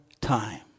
time